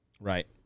Right